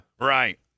right